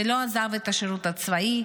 ולא עזב את השירות הצבאי.